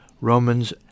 Romans